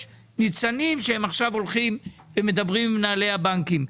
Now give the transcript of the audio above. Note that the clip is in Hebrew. יש ניצנים שהם עכשיו הולכים ומדברים עם מנהלי הבנקים.